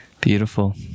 Beautiful